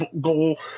goal